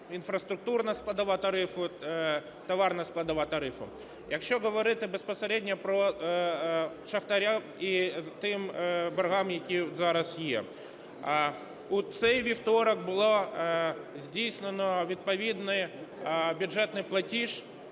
інфраструктурна складова тарифу, товарна складова тарифу. Якщо говорити безпосередньо про шахтарів і тих боргах, які зараз є. У цей вівторок було здійснено відповідний бюджетний платіж